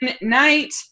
night